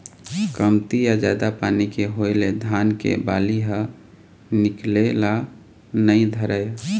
कमती या जादा पानी के होए ले धान के बाली ह निकले ल नइ धरय